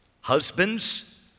husbands